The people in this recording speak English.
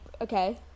okay